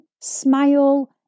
Smile